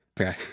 Okay